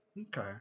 Okay